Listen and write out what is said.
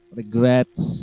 regrets